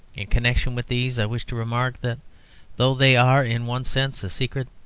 in connection with these, i wish to remark that though they are, in one sense, a secret,